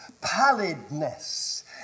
pallidness